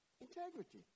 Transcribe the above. Integrity